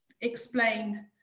explain